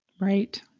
Right